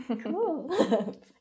Cool